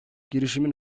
girişimin